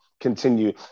continue